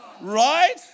Right